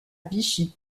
vichy